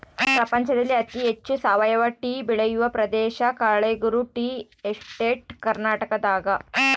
ಪ್ರಪಂಚದಲ್ಲಿ ಅತಿ ಹೆಚ್ಚು ಸಾವಯವ ಟೀ ಬೆಳೆಯುವ ಪ್ರದೇಶ ಕಳೆಗುರು ಟೀ ಎಸ್ಟೇಟ್ ಕರ್ನಾಟಕದಾಗದ